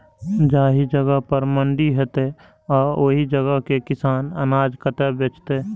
जाहि जगह पर मंडी हैते आ ओहि जगह के किसान अनाज कतय बेचते?